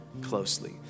closely